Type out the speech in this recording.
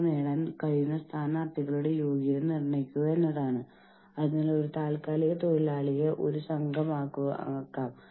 കൂടാതെ അപ്പോഴാണ് അവർ അത് അവസാന ആശ്രയമായി കാണുന്നത് സംഘടനയ്ക്കെതിരെ പ്രവർത്തിക്കുന്നതോ മത്സരിക്കുന്നതോ ആയ ഒരു ഗ്രൂപ്പിൽ ചേരാൻ ആരും ആഗ്രഹിക്കുന്നില്ല